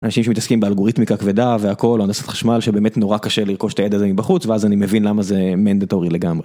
אנשים שמתעסקים באלגוריתמיקה כבדה והכל הנדסת חשמל שבאמת נורא קשה לרכוש את הידע הזה בחוץ, ואז אני מבין למה זה מנדטורי לגמרי.